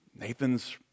Nathan's